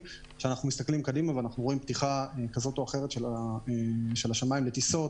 שאנו מסתכלים קדימה ורואים פתיחה כזו או אחרת של השמיים לטיסות,